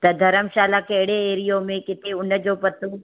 त धरमशाला कहिड़े एरियो में किथे उनजो पतो